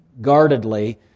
guardedly